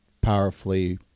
powerfully